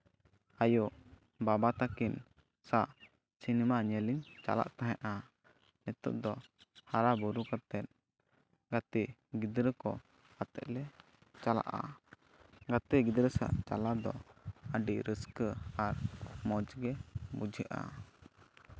ᱟᱭᱳᱼᱵᱟᱵᱟ ᱛᱟᱹᱠᱤᱱ ᱥᱟ ᱥᱤᱱᱮᱢᱟ ᱧᱮᱞ ᱤᱧ ᱪᱟᱞᱟᱜ ᱛᱟᱦᱮᱸᱜᱼᱟ ᱱᱤᱛᱚᱜ ᱫᱚ ᱦᱟᱨᱟ ᱵᱩᱨᱩ ᱠᱟᱛᱮᱜ ᱜᱟᱛᱮ ᱜᱤᱫᱽᱨᱟᱹ ᱠᱚ ᱟᱛᱮᱜ ᱞᱮ ᱪᱟᱞᱟᱜᱼᱟ ᱜᱟᱛᱮ ᱜᱤᱫᱽᱨᱟᱹ ᱥᱟᱶᱛᱮ ᱪᱟᱞᱟᱣ ᱫᱚ ᱟᱹᱰᱤ ᱨᱟᱹᱥᱠᱟᱹ ᱟᱨ ᱢᱚᱡᱽ ᱜᱮ ᱵᱩᱡᱷᱟᱹᱜᱼᱟ